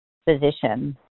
Physician